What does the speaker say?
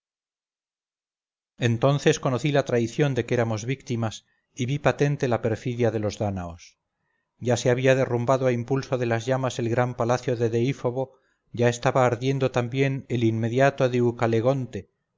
entonces conocí la traición de que éramos víctimas y vi patente la perfidia de los dánaos ya se había derrumbado a impulso de las llamas el gran palacio de deífobo ya estaba ardiendo también el inmediato